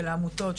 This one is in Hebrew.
של העמותות,